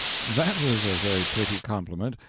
that was a very pretty compliment,